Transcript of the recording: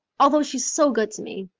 although she's so good to me.